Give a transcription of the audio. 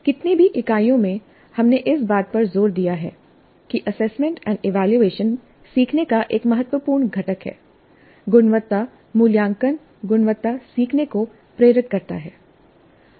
कितनी भी इकाइयों में हमने इस बात पर जोर दिया है कि एसेसमेंट एंड इवेलुएशन सीखने का एक महत्वपूर्ण घटक है गुणवत्ता मूल्यांकन गुणवत्ता सीखने को प्रेरित करता है